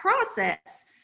process